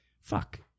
fuck